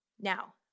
Now